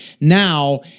now